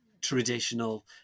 traditional